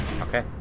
Okay